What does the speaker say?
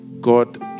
God